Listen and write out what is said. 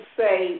say